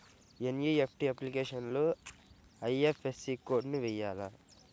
NEFT అప్లికేషన్లో IFSC code వేయాలా?